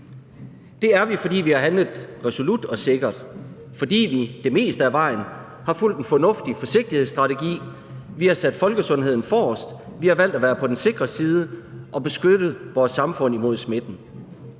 Det har vi, fordi vi har handlet resolut og sikkert; fordi vi det meste af vejen har fulgt en fornuftig forsigtighedsstrategi. Vi har sat folkesundheden forrest. Vi har valgt at være på den sikre side og har beskyttet vores samfund imod smitten.